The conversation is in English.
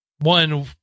one